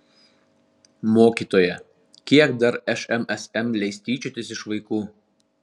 mokytoja kiek dar šmsm leis tyčiotis iš vaikų